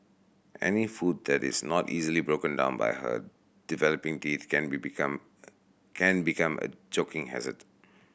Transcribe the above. any food that is not easily broken down by her developing teeth can be become can become a choking hazard